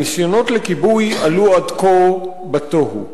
ניסיונות הכיבוי עלו עד כה בתוהו.